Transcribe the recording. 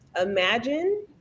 imagine